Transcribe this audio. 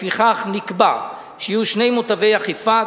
לפיכך נקבע שיהיו שני מותבי אכיפה,